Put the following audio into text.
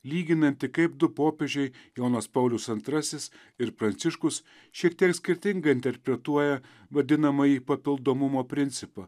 lyginantį kaip du popiežiai jonas paulius antrasis ir pranciškus šiek tiek skirtingai interpretuoja vadinamąjį papildomumo principą